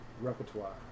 repertoire